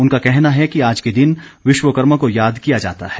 उनका कहना है कि आज के दिन विश्वकर्मा को याद किया जाता है